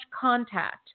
contact